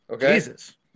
Jesus